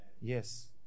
Yes